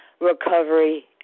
recovery